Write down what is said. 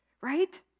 right